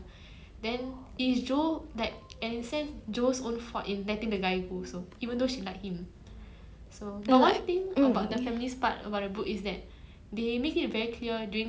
mm